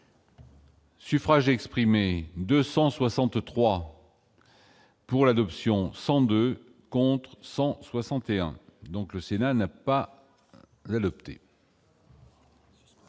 Suffrages exprimés 263 pour l'adoption 102 contre 161 donc, le Sénat n'a pas adopté.